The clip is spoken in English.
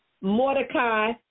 Mordecai